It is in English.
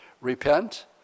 repent